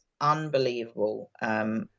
unbelievable